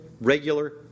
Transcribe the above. regular